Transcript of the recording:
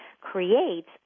creates